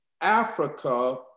Africa